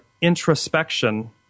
introspection